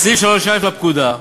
בסעיף 3א לפקודה,